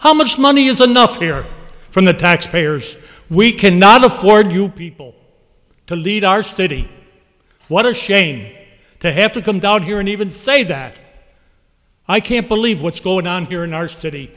how much money is another here from the taxpayers we cannot afford you people to lead our study what a shame to have to come down here and even say that i can't believe what's going on here in our city